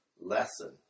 lesson